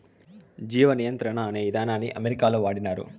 జీవ నియంత్రణ అనే ఇదానాన్ని అమెరికాలో వాడినారు